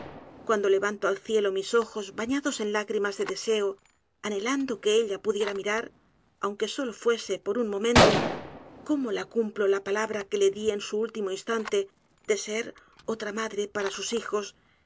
cuando levanto al cielo mis ojos bañados en lágrimas de deseo anhelando que ella pudiera m i r a r aunque solo fuese por un momento cómo la cumplo la palabra que le di en su último instante de ser otra madre para sus hijos